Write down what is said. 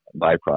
byproduct